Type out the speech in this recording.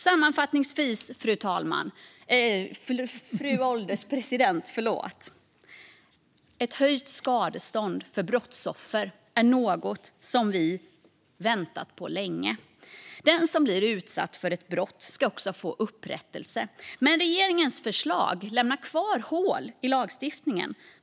Sammanfattningsvis, fru ålderspresident: Ett höjt skadestånd för brottsoffer är något som vi väntat på länge. Den som blir utsatt för ett brott ska också få upprättelse. Men regeringens förslag lämnar kvar hål i lagstiftningen.